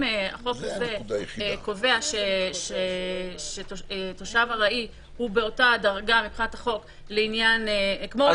החוק הזה קובע שתושב ארעי הוא באותה דרגה מבחינת החוק כמו- --,